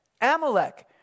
Amalek